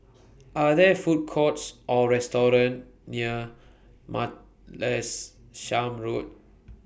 Are There Food Courts Or restaurants near Martlesham Road